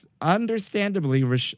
understandably